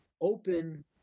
open